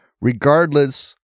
regardless